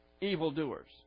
evildoers